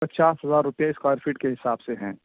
پچاس ہزار روپے اسکوائر فٹ کے حساب سے ہیں